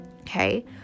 okay